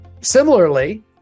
Similarly